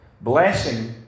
blessing